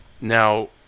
Now